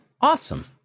Awesome